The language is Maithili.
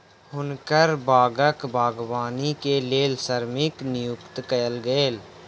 हुनकर बागक बागवानी के लेल श्रमिक नियुक्त कयल गेल